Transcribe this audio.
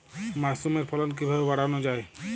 মাসরুমের ফলন কিভাবে বাড়ানো যায়?